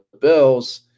Bills